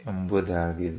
ಎಂಬುದಾಗಿದೆ